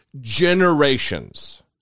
generations